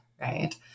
right